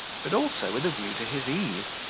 but also with a view to his ease,